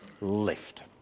lift